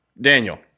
Daniel